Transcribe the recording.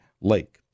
Lake